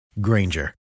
Granger